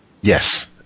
Yes